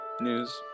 news